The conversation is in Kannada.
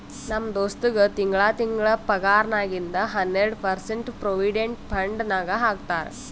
ನಮ್ ದೋಸ್ತಗ್ ತಿಂಗಳಾ ತಿಂಗಳಾ ಪಗಾರ್ನಾಗಿಂದ್ ಹನ್ನೆರ್ಡ ಪರ್ಸೆಂಟ್ ಪ್ರೊವಿಡೆಂಟ್ ಫಂಡ್ ನಾಗ್ ಹಾಕ್ತಾರ್